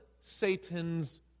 Satan's